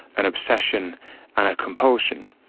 an obsession and a compulsion.